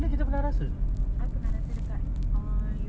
mak kau dia dah berbual ni kau dia berbual swedish ni